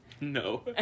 No